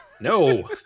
No